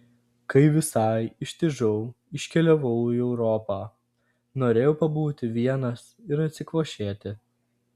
kai visai ištižau iškeliavau į europą norėjau pabūti vienas ir atsikvošėti